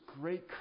great